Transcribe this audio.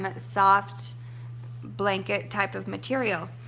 but soft blanket type of material.